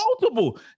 Multiple